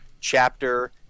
chapter